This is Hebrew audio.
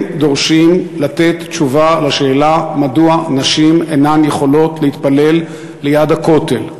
הם דורשים לתת תשובה לשאלה מדוע נשים אינן יכולות להתפלל ליד הכותל.